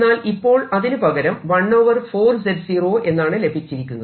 എന്നാൽ ഇപ്പോൾ അതിനുപകരം 1 എന്നാണ് ലഭിച്ചിരിക്കുന്നത്